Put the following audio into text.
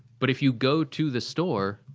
but if you go to the store,